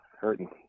Hurting